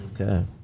Okay